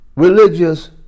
religious